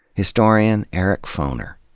historian eric foner.